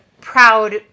proud